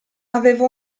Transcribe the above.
aveva